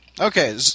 Okay